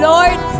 Lord